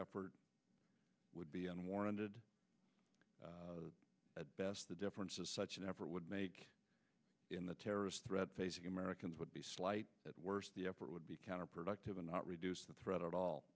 effort would be unwarranted at best the difference of such an effort would make in the terrorist threat facing americans would be slight at worst the effort would be countered octavo not reduce the threat at all